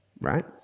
right